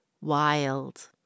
wild